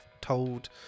told